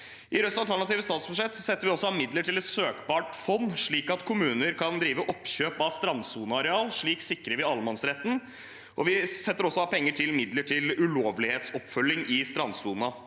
I Rødts alternative statsbudsjett setter vi også av midler til et søkbart fond, slik at kommuner kan drive oppkjøp av strandsoneareal. Slik sikrer vi allemannsretten, og vi setter også av penger til midler til ulovlighetsoppfølging i strandsonen.